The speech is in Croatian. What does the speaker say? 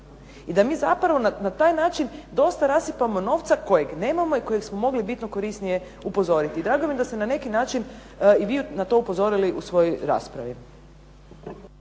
I da mi zapravo na taj način dosta rasipamo novca kojeg nemamo i kojeg smo mogli bitno korisnije upozoriti. Drago mi je da ste na neki način i vi na to upozorili u svojoj raspravi.